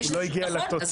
הוא לא הגיע לתוצאות.